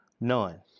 None